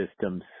systems